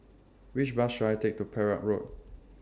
Which Bus should I Take to Perak Road